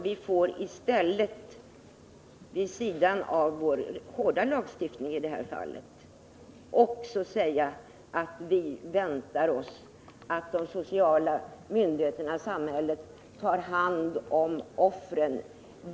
Vi har i det här fallet en hård lagstiftning, och vi förväntar oss att de sociala myndigheterna — samhället — tar hand om narkotikaoffren.